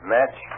Match